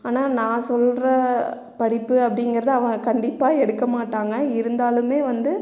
ஆனால் நான் சொல்கிற படிப்பு அப்படிங்கறது அவன் கண்டிப்பாக எடுக்க மாட்டாங்க இருந்தாலுமே வந்து